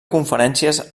conferències